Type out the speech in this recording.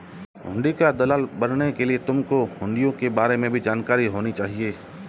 हुंडी का दलाल बनने के लिए तुमको हुँड़ियों के बारे में भी जानकारी होनी चाहिए